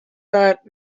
bat